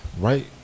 Right